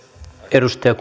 arvoisa